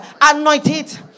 anointed